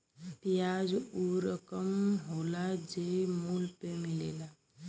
बियाज ऊ रकम होला जे मूल पे मिलेला